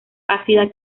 ácida